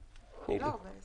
את רוצה להסתדר לבד?